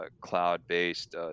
cloud-based